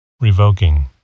Revoking